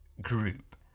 group